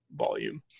volume